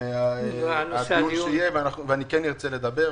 כי זה הדיון שיהיה ואני כן ארצה לדבר.